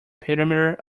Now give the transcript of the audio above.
perimeter